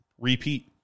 Repeat